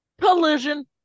Collision